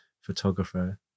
photographer